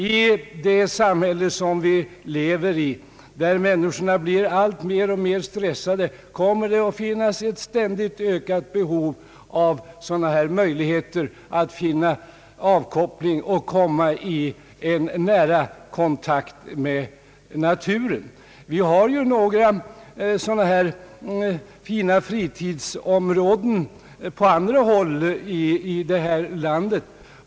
I det samhälle som vi lever i, där människorna bli alltmer stressade, kommer det att finnas ett ständigt ökande behov av möjligheter till avkoppling och nära kontakt med naturen. Vi har några sådana här fina fritidsområden på andra håll i vårt land.